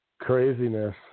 craziness